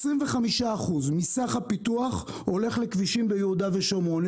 25% מסך הפיתוח הולך לכבישים ביהודה ושומרון,